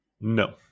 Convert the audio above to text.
No